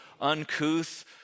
uncouth